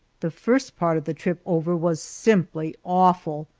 the first part of the trip over was simply awful!